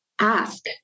ask